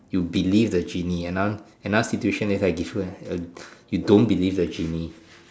you believe the genie ano~ another situation is I give you is you don't believe the genie